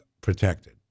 protected